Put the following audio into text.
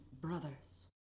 brothers